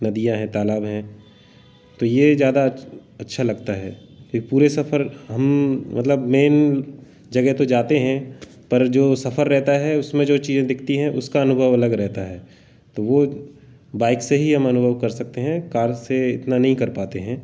नदियां है तालाब है तो ये ज़्यादा अच्छा लगता है कि पूरे सफर हम मतलब मेन जगह तो जाते हैं पर जो सफर रहता है उसमे जो चीज़ें दिखती हैं उसका अनुभव अलग रहता है तो वो बाइक से ही हम अनुभव कर सकते हैं कार से इतना नही कर पाते हैं